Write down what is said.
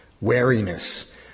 Wariness